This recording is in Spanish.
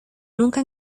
nunca